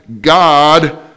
God